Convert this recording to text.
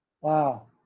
Wow